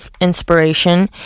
inspiration